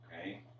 Okay